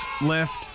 left